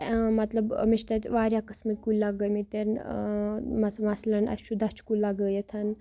مطلب مےٚ چھِ تَتہِ واریاہ قٕسمٕکۍ کُلۍ لَگٲمٕتۍ مت مثلن اَسہِ چھُ دَچھِ کُلۍ لَگٲوِتھ